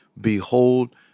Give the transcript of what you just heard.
Behold